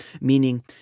Meaning